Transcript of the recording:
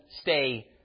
stay